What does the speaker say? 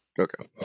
Okay